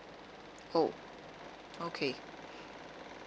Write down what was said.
oh okay